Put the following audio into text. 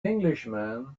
englishman